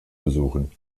besuchen